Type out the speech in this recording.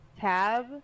tab